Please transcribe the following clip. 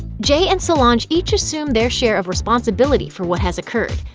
jay and solange each assume their share of responsibility for what has occurred.